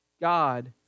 God